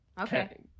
Okay